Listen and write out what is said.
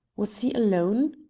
was he alone?